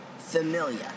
familiar